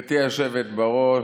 תודה, גברתי היושבת בראש.